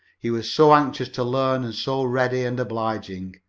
he was so anxious to learn and so ready and obliging.